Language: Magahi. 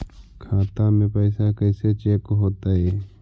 खाता में पैसा कैसे चेक हो तै?